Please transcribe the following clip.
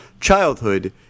childhood